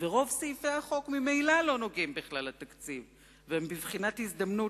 ורוב סעיפי החוק ממילא לא נוגעים לתקציב והם בבחינת הזדמנות